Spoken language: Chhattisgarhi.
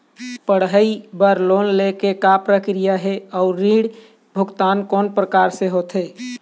पढ़ई बर लोन ले के का प्रक्रिया हे, अउ ऋण के भुगतान कोन प्रकार से होथे?